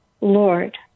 Lord